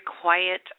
quiet